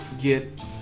get